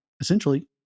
essentially